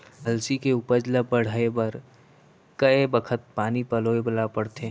अलसी के उपज ला बढ़ए बर कय बखत पानी पलोय ल पड़थे?